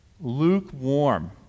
lukewarm